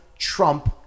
trump